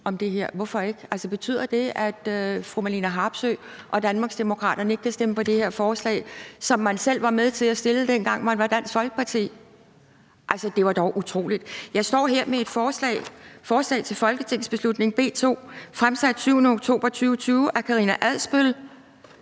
om det her. Betyder det, at fru Marlene Harpsøe og Danmarksdemokraterne ikke vil stemme for det her forslag, som man selv var med til at fremsætte, dengang man var Dansk Folkeparti? Det var dog utroligt! Jeg står her med forslag til folketingsbeslutning nr. B 2, som blev fremsat den 7. oktober 2020 af Karina Adsbøl,